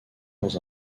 dans